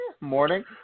morning